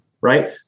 right